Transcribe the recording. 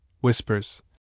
whispers